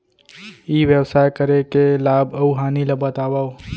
ई व्यवसाय करे के लाभ अऊ हानि ला बतावव?